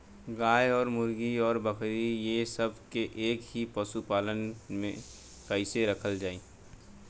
गाय और मुर्गी और बकरी ये सब के एक ही पशुपालन में कइसे रखल जाई?